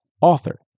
author